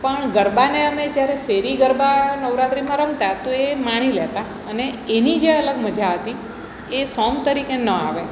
પણ ગરબાને અમે જ્યારે શેરી ગરબા નવરાત્રિમાં રમતાં તો એ માણી લેતાં અને એની જે અલગ મજા હતી એ સોંગ તરીકે ન આવે